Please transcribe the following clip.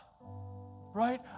right